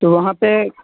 تو وہاں پہ